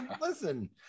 listen